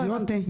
לא הבנתי.